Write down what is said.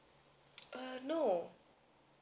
err no